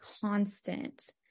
constant